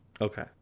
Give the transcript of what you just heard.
Okay